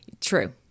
True